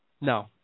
No